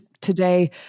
today